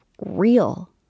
real